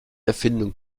erfindung